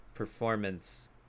performance